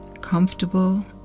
comfortable